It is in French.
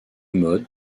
mode